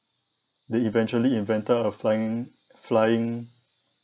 they eventually invented a flying flying